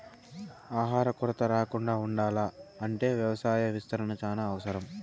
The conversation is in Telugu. ఆహార కొరత రాకుండా ఉండాల్ల అంటే వ్యవసాయ విస్తరణ చానా అవసరం